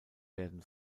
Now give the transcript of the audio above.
werden